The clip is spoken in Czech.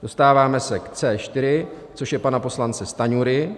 Dostáváme se k C4, což je pana poslance Stanjury.